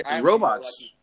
Robots